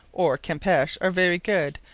or campeche, are very good,